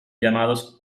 llamados